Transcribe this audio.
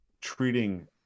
treating